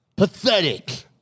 pathetic